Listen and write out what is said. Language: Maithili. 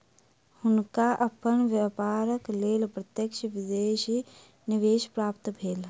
हुनका अपन व्यापारक लेल प्रत्यक्ष विदेशी निवेश प्राप्त भेल